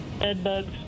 Bedbugs